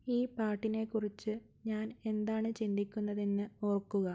ഈ പാട്ടിനെക്കുറിച്ച് ഞാൻ എന്താണ് ചിന്തിക്കുന്നതെന്ന് ഓർക്കുക